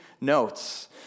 notes